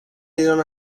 ایران